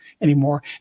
anymore